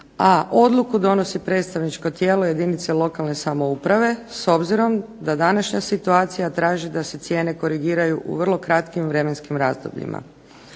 a odluku donosi predstavničko tijelo jedinice lokalne samouprave s obzirom da današnja situacija traži da se cijene korigiraju u vrlo kratkim vremenskim razdobljima.